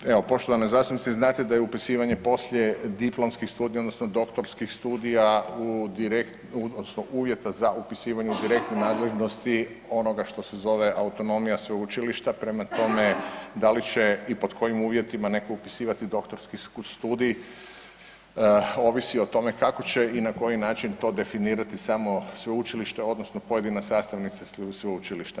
Dakle evo, poštovana zastupnice, vi znate da je upisivanje poslijediplomskih studija, odnosno doktorskih studija u .../nerazumljivo/... odnosno uvjeta za upisivanje u direktnoj nadležnosti onoga što se zove autonomija sveučilišta, prema tome, da li će i pod kojim uvjetima netko upisivati doktorski studij ovisi o tome kako će i na koji način to definirati samo sveučilište, odnosno pojedina sastavnica sveučilišta.